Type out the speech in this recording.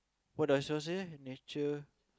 what does yours say nature